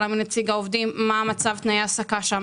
אולי מנציג העובדים מה מצב תנאי ההעסקה שם.